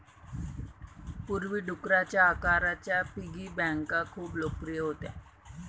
पूर्वी, डुकराच्या आकाराच्या पिगी बँका खूप लोकप्रिय होत्या